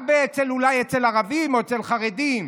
אולי רק לערבים או לחרדים.